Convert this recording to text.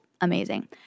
Amazing